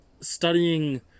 studying